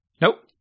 Nope